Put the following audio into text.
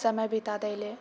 समय बिता दे लऽ